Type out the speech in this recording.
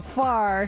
far